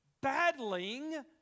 battling